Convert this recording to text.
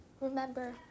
remember